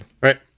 right